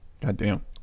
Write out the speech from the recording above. Goddamn